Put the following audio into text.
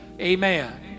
Amen